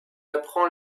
apprend